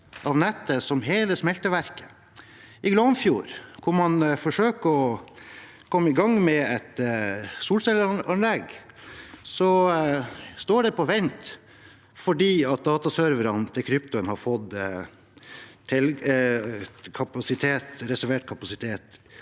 av nettet som hele smelteverket. I Glomfjord, hvor man forsøker å komme i gang med et solcelleanlegg, står anlegget på vent fordi dataserverne til kryptoen har fått reservert kapasitet